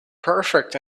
perfect